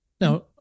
Now